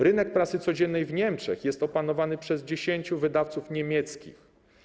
Rynek prasy codziennej w Niemczech jest opanowany przez dziesięciu wydawców niemieckich.